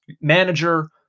manager